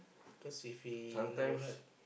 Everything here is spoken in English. cause we feel no hurt